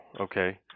Okay